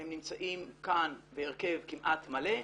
הם נמצאים כאן בהרכב כמעט מלא,